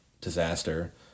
disaster